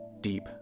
deep